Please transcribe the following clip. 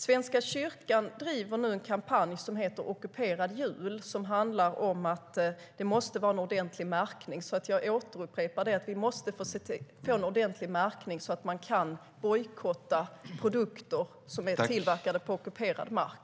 Svenska kyrkan driver nu kampanjen Ockuperad jul, som handlar om att det måste finnas ordentlig märkning på produkterna. Jag upprepar att vi måste få en ordentlig märkning så att man kan bojkotta produkter som är tillverkade på ockuperad mark.